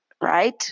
Right